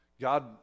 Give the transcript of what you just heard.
God